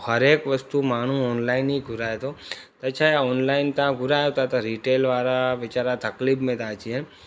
हर एक वस्तू माण्हू ऑनलाइन ई घुराये थो त रीटेल वारा वीचारा तकलीफ़ में था अची वञनि